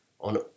on